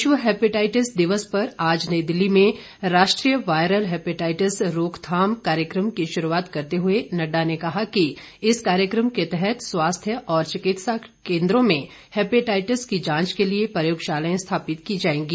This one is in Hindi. विश्व हेपेटाइटिस दिवस पर आज नई दिल्ली में राष्ट्रीय वायरल हेपेटाइटिस रोकथाम कार्यक्रम की शुरूआत करते हुए नड्डा ने कहा कि इस कार्यक्रम के तहत स्वास्थ्य और चिकित्सा केन्द्रों में हेपेटाइटिस की जांच के लिए प्रयोगशालाएं स्थापित की जाएंगी